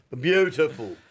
Beautiful